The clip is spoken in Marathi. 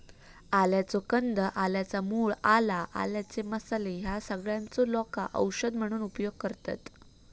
आल्याचो कंद, आल्याच्या मूळ, आला, आल्याचे मसाले ह्या सगळ्यांचो लोका औषध म्हणून उपयोग करतत